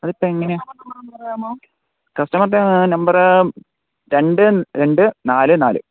അതിപ്പം എങ്ങനാ കസ്റ്റമറുടെ നമ്പർ രണ്ട് രണ്ട് നാല് നാല്